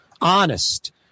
Honest